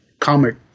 comic